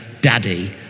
Daddy